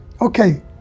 Okay